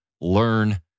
learn